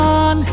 on